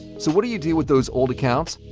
so what do you do with those old accounts?